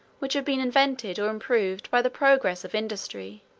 which have been invented or improved by the progress of industry